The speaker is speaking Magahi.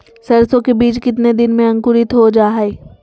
सरसो के बीज कितने दिन में अंकुरीत हो जा हाय?